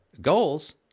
goals